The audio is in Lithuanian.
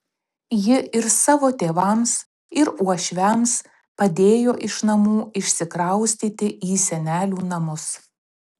ji ir savo tėvams ir uošviams padėjo iš namų išsikraustyti į senelių namus